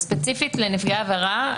ספציפית לנפגעי עבירה,